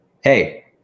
Hey